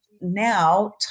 now